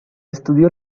estudió